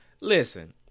Listen